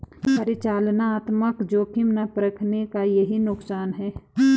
परिचालनात्मक जोखिम ना परखने का यही नुकसान है